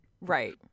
Right